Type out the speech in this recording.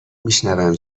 میشونم